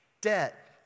debt